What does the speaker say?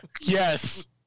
Yes